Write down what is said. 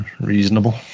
reasonable